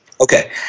Okay